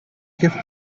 gift